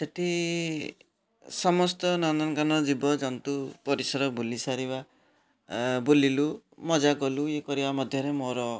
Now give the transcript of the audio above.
ସେଠି ସମସ୍ତ ନନ୍ଦନକାନନ ଜିବଜନ୍ତୁ ପରିସର ବୁଲି ସାରିବା ବୁଲିଲୁ ମଜା କଲୁ ୟେ କରିବା ମଧ୍ୟରେ ମୋର